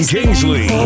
Kingsley